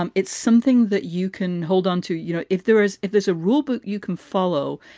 um it's something that you can hold onto. you know, if there is if there's a rule book you can follow,